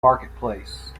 marketplace